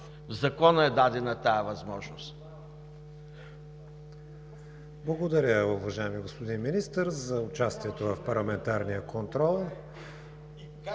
закона е дадена тази възможност.